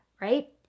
Right